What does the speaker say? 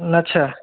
ଆଚ୍ଛା